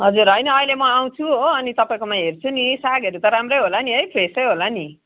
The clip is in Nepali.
हजुर होइन अहिले म आउँछु हो अनि तपाईँकोमा हेर्छु नि सागहरू त राम्रै होला नि है फ्रेसै होला नि